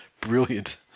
brilliant